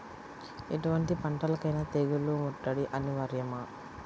ఎటువంటి పంటలకైన తెగులు ముట్టడి అనివార్యమా?